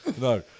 no